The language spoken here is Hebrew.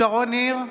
שרון ניר,